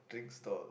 drink stall